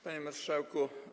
Panie Marszałku!